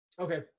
Okay